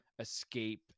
escape